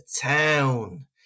town